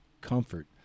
comfort